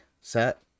set